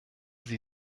sie